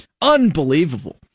Unbelievable